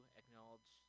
acknowledge